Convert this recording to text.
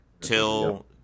till